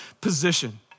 position